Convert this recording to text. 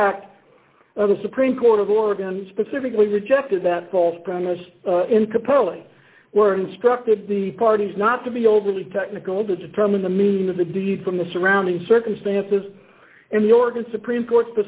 fact of the supreme court of oregon specifically rejected that false premise into pearling where instructed the parties not to be overly technical to determine the meaning of the deed from the surrounding circumstances and the organ supreme court